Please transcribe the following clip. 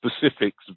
specifics